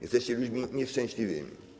Jesteście ludźmi nieszczęśliwymi.